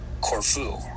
Corfu